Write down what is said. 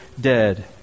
Dead